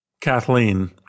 Kathleen